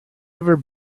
ever